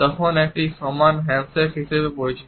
তখন এটি সমান হ্যান্ডশেক হিসাবে পরিচিত